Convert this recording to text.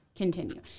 Continue